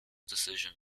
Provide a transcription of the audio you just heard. decision